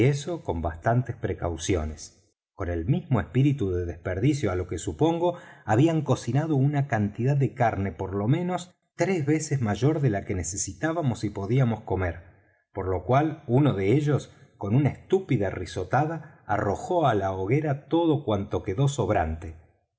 con bastantes precauciones con el mismo espíritu de desperdicio á lo que supongo habían cocinado una cantidad de carne por lo menos tres veces mayor de la que necesitábamos y podíamos comer por lo cual uno de ellos con una estúpida risotada arrojó á la hoguera todo cuanto quedó sobrante